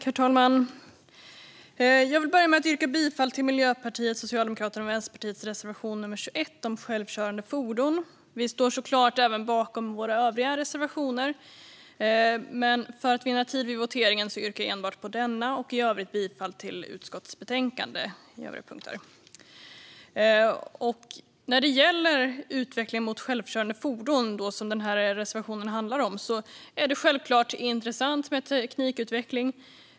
Herr talman! Jag vill börja med att yrka bifall till Miljöpartiets, Socialdemokraternas och Vänsterpartiets reservation 21 om självkörande fordon. Vi står såklart bakom även våra övriga reservationer. Men för att vinna tid vid voteringen yrkar jag bifall endast till denna reservation och i övrigt till förslaget i utskottets betänkande under övriga punkter. När det gäller utvecklingen mot självkörande fordon, som denna reservation handlar om, är det självklart intressant med teknikutveckling.